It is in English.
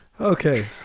okay